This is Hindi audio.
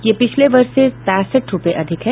ये पिछले वर्ष से पैंसठ रूपये अधिक है